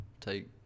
take